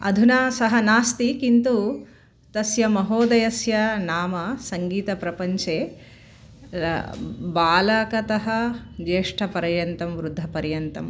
अधुना सः नास्ति किन्तु तस्य महोदयस्य नाम सङ्गीतप्रपञ्चे बालकतः ज्येष्ठपर्यन्तं वृद्धपर्यन्तं